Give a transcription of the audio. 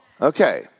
Okay